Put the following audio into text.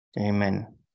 Amen